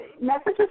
Messages